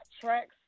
tracks